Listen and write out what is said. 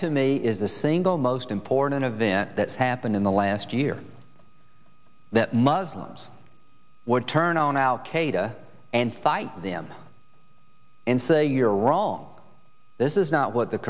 to me is the single most important event that's happened in the last year that muslims would turn on al qaeda and fight them and say you're wrong this is not what the